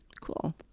Cool